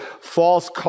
false